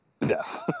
Yes